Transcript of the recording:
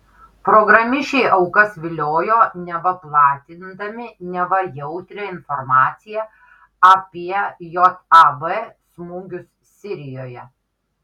programišiai aukas viliojo neva platindami neva jautrią informaciją apie jav smūgius sirijoje